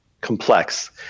complex